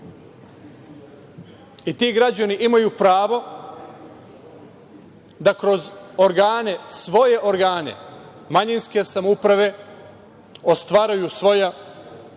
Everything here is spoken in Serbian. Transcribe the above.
i ti građani imaju pravo da kroz organe, svoje organe manjinske samouprave ostvaruju svoja